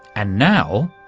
and now,